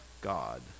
God